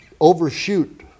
overshoot